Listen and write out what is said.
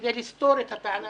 כדי לסתור את הטענה